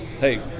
hey